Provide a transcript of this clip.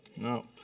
No